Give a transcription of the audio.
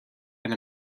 and